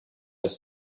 ist